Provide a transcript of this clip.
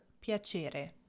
piacere